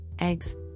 eggs